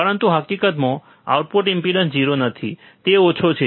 પરંતુ હકીકતમાં output impedance 0 નથી તે ઓછો છે